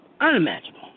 Unimaginable